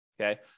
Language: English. Okay